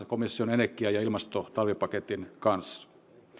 komission energia ja ilmastopaketin talvipaketin kanssa